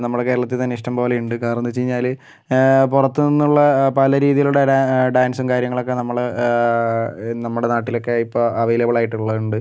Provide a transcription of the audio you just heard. നമ്മുടെ കേരളത്തിൽ തന്നെ ഇഷ്ടം പോലെ ഉണ്ട് കാരണം എന്താണെന്ന് വച്ച് കഴിഞ്ഞാൽ പുറത്ത് നിന്നുള്ള പല രീതിയിലുള്ള ഡാ ഡാൻസും കാര്യങ്ങളൊക്കെ നമ്മൾ നമ്മുടെ നാട്ടിലൊക്കെ ഇപ്പം അവൈലബിൾ ആയിട്ടുള്ളതുണ്ട്